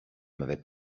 m’avait